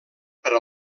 per